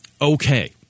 okay